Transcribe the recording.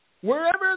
wherever